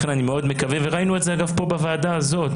ראינו את זה אגב בוועדה הזאת,